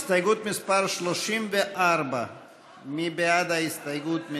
הסתייגות מס' 34. מי בעד ההסתייגות?